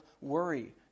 worry